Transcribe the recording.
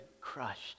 crushed